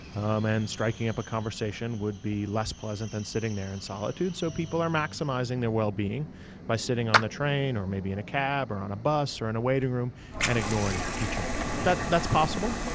um and striking up a conversation would be less pleasant than sitting there in solitude, so people are maximizing their well-being by sitting on the train, or maybe in a cab, or on a bus or in a waiting room and ignoring each other. but that's possible.